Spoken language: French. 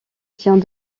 tient